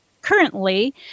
Currently